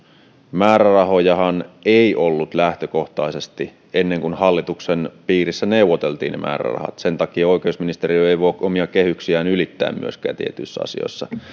määrärahojahan ei lähtökohtaisesti ollut ennen kuin hallituksen piirissä neuvoteltiin ne määrärahat sen takia oikeusministeriö ei voi omia kehyksiään ylittää myöskään tietyissä asioissa sen